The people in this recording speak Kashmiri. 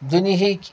دُنۍہِکۍ